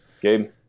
Gabe